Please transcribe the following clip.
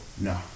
No